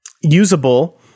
usable